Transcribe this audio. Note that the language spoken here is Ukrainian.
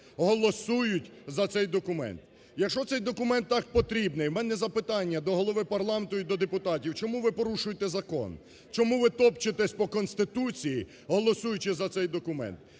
голосують за цей документ. Якщо цей документ так потрібний, у мене запитання до Голови парламенту і до депутатів: чому ви порушуєте закон. Чому ви топчетесь по Конституції, голосуючи за цей документ?